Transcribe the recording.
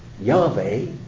Yahweh